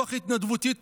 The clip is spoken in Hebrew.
רוח התנדבותית